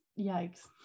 yikes